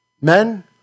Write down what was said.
Men